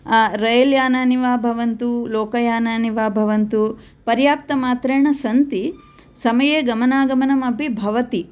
रैल्यानानि वा भवन्तु लोकयानानि वा भवन्तु पर्याप्तमात्रेण सन्ति समये गमानागमनमपि भवति